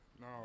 no